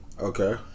Okay